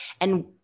And-